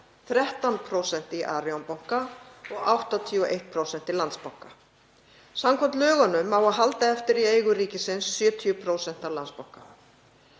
13% í Arion banka og 81% í Landsbanka. Samkvæmt lögunum á að halda eftir í eigu ríkisins 70% af Landsbanka.